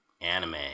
anime